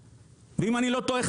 ואם אני לא טועה,